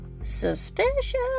Suspicious